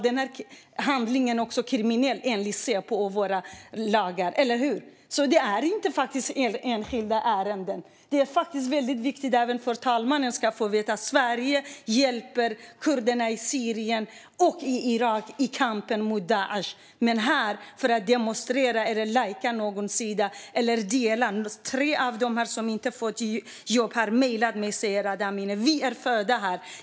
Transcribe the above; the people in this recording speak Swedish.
De handlingarna är också kriminella enligt Säpo och våra lagar, eller hur? Det är inte enskilda ärenden. Det är väldigt viktigt att även fru talmannen får veta: Sverige hjälper kurderna i Syrien och i Irak i kampen mot Daish. Här handlar det om människor som inte får jobba för att de har demonstrerat eller lajkat någon sida. Tre av de människor som inte fått jobb har mejlat mig och sagt: Vi är födda här.